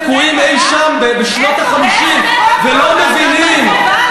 תקועים אי-שם בשנות ה-50 ולא מבינים,